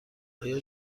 آیا